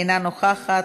אינה נוכחת,